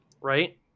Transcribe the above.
right